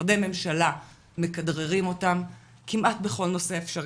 משרדי ממשלה מכדררים אותם כמעט בכל נושא אפשרי.